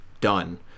done